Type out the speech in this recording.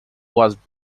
was